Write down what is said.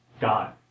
God